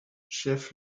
chef